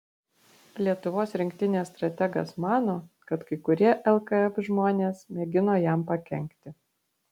lietuvos rinktinės strategas mano kad kai kurie lkf žmonės mėgino jam pakenkti